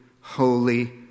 holy